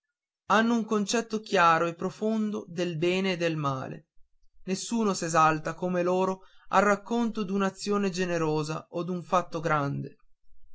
hanno un concetto chiaro e profondo del bene e del male nessuno s'esalta come loro al racconto d'un'azione generosa o d'un fatto grande